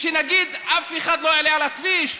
שנגיד שאף אחד לא יעלה על הכביש?